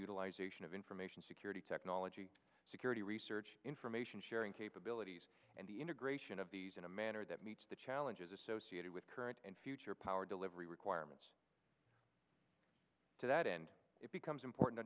utilization of information security technology security research information sharing capabilities and the integration of these in a manner that meets the challenges associated with current and future power delivery requirements to that end it becomes important